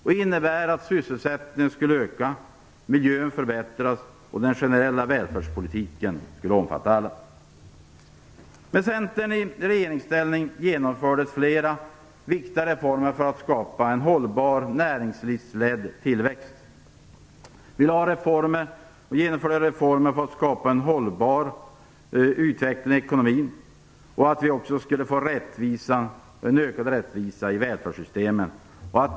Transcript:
Det innebär att sysselsättningen skulle öka, miljön förbättras och den generella välfärdspolitiken omfatta alla. Med Centern i regeringsställning genomfördes flera viktiga reformer för att skapa en hållbar näringslivsledd tillväxt. Vi genomförde reformer för att skapa en hållbar utveckling i ekonomin och en ökad rättvisa i välfärdssystemen.